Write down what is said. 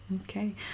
okay